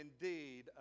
indeed